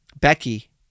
Becky